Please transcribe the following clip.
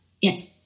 Yes